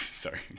sorry